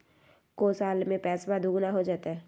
को साल में पैसबा दुगना हो जयते?